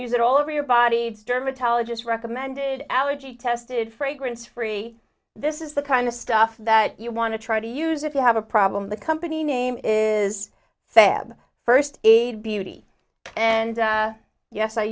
use it all over your body needs dermatologist recommended allergy tested fragrance free this is the kind of stuff that you want to try to use if you have a problem the company name is sab first aid beauty and yes i